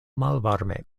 malvarme